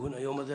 וארגון יום זה.